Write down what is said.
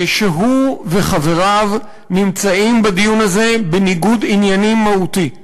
שהוא וחבריו נמצאים בדיון הזה בניגוד עניינים מהותי,